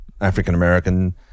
African-American